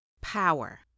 Power